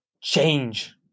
change